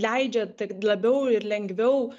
leidžia tiek labiau ir lengviau